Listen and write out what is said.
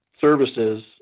services